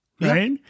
Right